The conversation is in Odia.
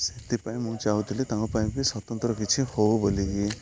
ସେଥିପାଇଁ ମୁଁ ଚାହୁଁଥିଲି ତାଙ୍କ ପାଇଁ ବି ସ୍ୱତନ୍ତ୍ର କିଛି ହେଉ ବୋଲିକି